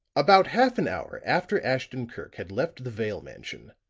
about half an hour after ashton-kirk had left the vale mansion,